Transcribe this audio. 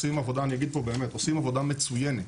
ואני אגיד פה באמת: עושים עבודה מצוינת.